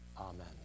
Amen